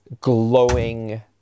glowing